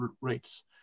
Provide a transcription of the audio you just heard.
rates